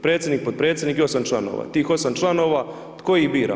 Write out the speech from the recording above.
Predsjednik, potpredsjednik i 8 članova, tih 8 članova, tko ih bira?